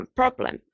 problem